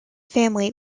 family